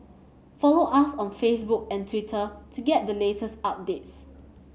follow us on Facebook and Twitter to get the latest updates